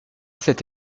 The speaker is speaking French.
cet